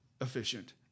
efficient